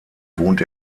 wohnt